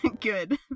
Good